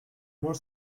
more